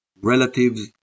relatives